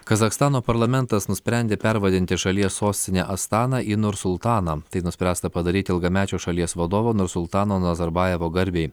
kazachstano parlamentas nusprendė pervadinti šalies sostinę astaną į nursultaną tai nuspręsta padaryti ilgamečio šalies vadovo nursultano nazarbajevo garbei